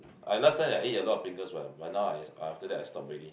I last time eat a lot of Pringles what but now I after that I stopped already